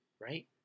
right